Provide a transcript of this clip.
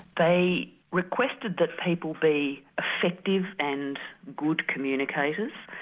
they requested that people be receptive and good communicators.